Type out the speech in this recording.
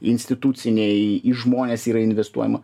instituciniai į žmones yra investuojama